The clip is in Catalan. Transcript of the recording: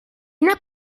quina